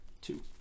two